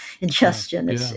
ingestion